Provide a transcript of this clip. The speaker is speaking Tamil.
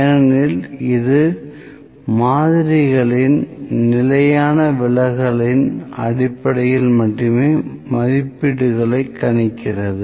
ஏனெனில் இது மாதிரிகளின் நிலையான விலகலின் அடிப்படையில் மட்டுமே மதிப்பீடுகளை கணிக்கிறது